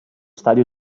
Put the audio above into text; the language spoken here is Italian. stadio